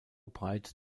breit